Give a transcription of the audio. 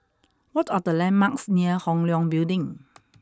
what are the landmarks near Hong Leong Building